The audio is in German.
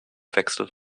wechsel